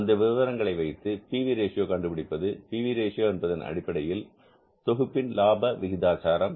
அந்த விவரங்களை வைத்து எவ்வாறு பி வி ரேஷியோ கண்டுபிடிப்பது பி வி ரேஷியோ என்பது அடிப்படையில் தொகுப்பின் லாப விகிதாச்சாரம்